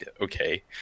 okay